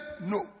no